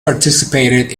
participated